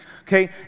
Okay